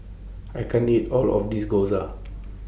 I can't eat All of This Gyoza